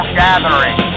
gathering